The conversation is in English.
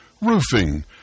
roofing